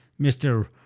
Mr